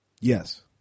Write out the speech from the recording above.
Yes